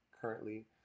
currently